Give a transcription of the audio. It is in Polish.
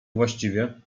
właściwie